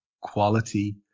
quality